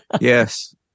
yes